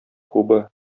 куба